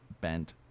bent